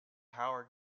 howard